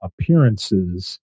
appearances